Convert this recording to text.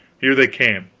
here they came.